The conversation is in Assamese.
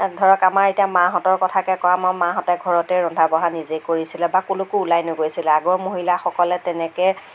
ধৰক আমাৰ এতিয়া মাহঁতৰ কথাকে কওঁ আমাৰ মাহঁতে ঘৰতে ৰন্ধা বঢ়া নিজেই কৰিছিল বা ক'লৈকো ওলাই নগৈছিল আগৰ মহিলাসকলে তেনেকে